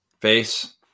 face